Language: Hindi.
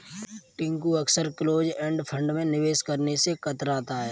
टिंकू अक्सर क्लोज एंड फंड में निवेश करने से कतराता है